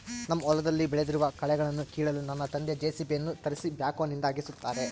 ನಮ್ಮ ಹೊಲದಲ್ಲಿ ಬೆಳೆದಿರುವ ಕಳೆಗಳನ್ನುಕೀಳಲು ನನ್ನ ತಂದೆ ಜೆ.ಸಿ.ಬಿ ಯನ್ನು ತರಿಸಿ ಬ್ಯಾಕ್ಹೋನಿಂದ ಅಗೆಸುತ್ತಾರೆ